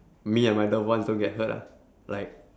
me and my loved ones don't get hurt ah like